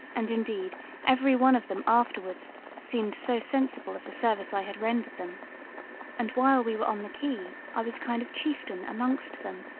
and indeed every one of them afterwards seemed so sensible of the service i had rendered them and while we were on the key i was a kind of chieftain amongst them.